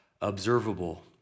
observable